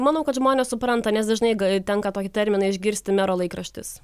manau kad žmonės supranta nes dažnai tenka tokį terminą išgirsti mero laikraštis